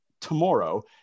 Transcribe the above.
tomorrow